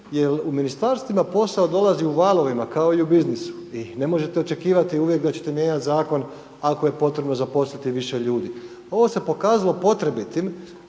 Jer u ministarstvima posao dolazi u valovima, kao i u biznisu i ne možete očekivati uvijek, da ćete mijenjati zakon, ako je potrebno zaposliti više ljudi. Ovo se je pokazalo potrebitim,